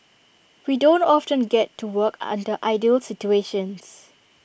we don't often get to work under ideal situations